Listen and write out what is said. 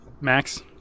Max